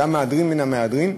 שהיה מהדרין מן המהדרין,